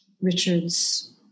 Richard's